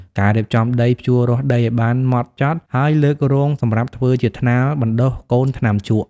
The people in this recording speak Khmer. ការរៀបចំដី ភ្ជួរាស់ដីឱ្យបានហ្មត់ចត់ ហើយលើករងសម្រាប់ធ្វើជាថ្នាលបណ្ដុះកូនថ្នាំជក់។